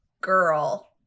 girl